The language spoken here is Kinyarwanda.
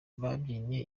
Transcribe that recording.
babyinnye